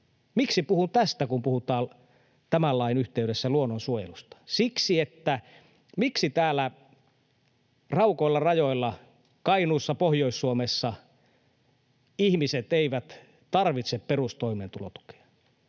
Miksi puhun tästä, kun puhutaan tämän lain yhteydessä luonnonsuojelusta? Siksi, että miksi täällä raukoilla rajoilla, Kainuussa, Pohjois-Suomessa, ihmiset eivät tarvitse perustoimeentulotukea,